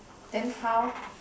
then how